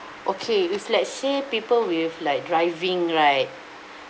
okay if let's say people with like driving right